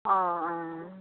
ᱚᱻ ᱚᱻ